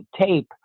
tape